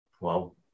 Wow